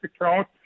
account